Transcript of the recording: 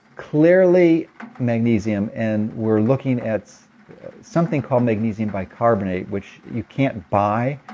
clearly magnesium, and we're looking at something called magnesium bicarbonate, which you can't buy,